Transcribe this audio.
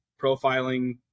profiling